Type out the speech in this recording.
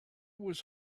was